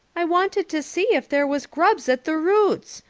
i wanted to see if there was grubs at the roots.